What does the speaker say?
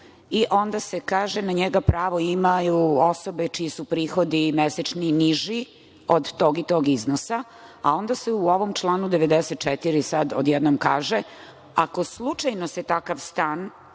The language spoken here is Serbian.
i onda se kaže na njega pravo imaju osobe čiji su prihodi mesečni niži od tog i tog iznosa, a onda se u ovom članu 94. sad odjednom kaže – ako se slučajno takav stan